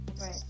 Right